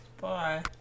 Bye